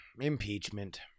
Impeachment